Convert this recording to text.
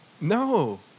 No